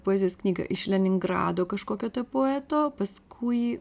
poezijos knygą iš leningrado kažkokio tai poeto paskui